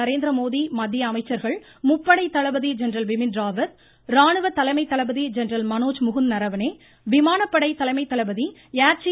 நரேந்திரமோடி மத்திய அமைச்சர்கள் முப்படை தளபதி ஜென்ரல் பிபின் ராவத் ராணுவ தலைமை தளபதி ஜென்ரல் மனோஜ் முகுந்த் நரவனே விமானப்படை தலைமை தளபதி ஏர் சீ